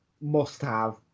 must-have